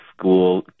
school